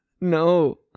No